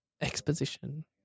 Exposition